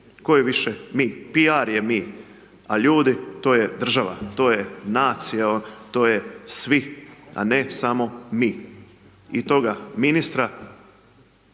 je više mi, piar je mi, a ljudi to je država, to je nacija ova, to je svi, a ne samo mi i toga ministra